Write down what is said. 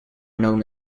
known